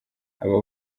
abo